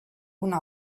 una